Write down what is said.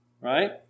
right